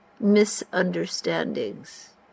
misunderstandings